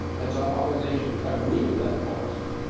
and some other nations agree with that policy,